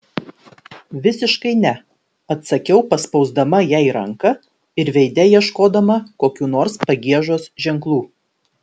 visiškai ne atsakiau paspausdama jai ranką ir veide ieškodama kokių nors pagiežos ženklų